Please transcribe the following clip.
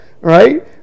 right